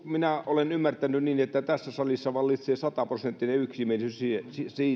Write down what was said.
minä olen ymmärtänyt niin että tässä salissa vallitsee sataprosenttinen yksimielisyys